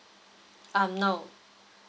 um no